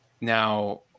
Now